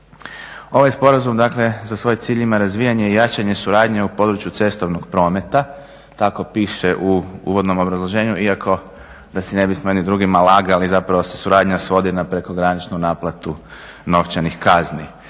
Ovaj sporazum, dakle za svoj cilj ima razvijanje i jačanje suradnje u području cestovnog prometa tako piše u uvodnom obrazloženju, iako da si ne bi jedni drugima lagali, zapravo se suradnja svodi na prekograničnu naplatu novčanih kazni.